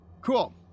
Cool